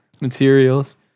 materials